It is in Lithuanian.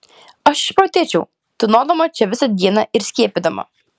aš išprotėčiau tūnodama čia visą dieną ir skiepydama